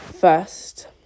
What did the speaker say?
first